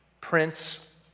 Prince